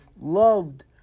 loved